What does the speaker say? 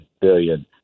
billion